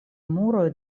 muroj